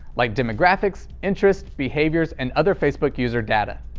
like demographics, interests, behaviours and other facebook user data.